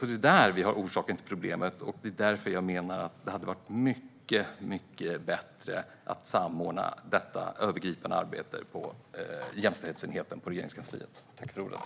Där har vi orsaken till problemet, och jag menar därför att det hade varit mycket bättre att samordna detta övergripande arbete på Regeringskansliets jämställdhetsenhet.